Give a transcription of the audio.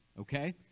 okay